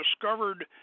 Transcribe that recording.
discovered